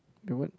do what